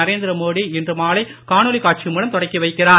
நரேந்திர மோடி இன்று மாலை காணொலி காட்சி மூலம் தொடக்கி வைக்கிறார்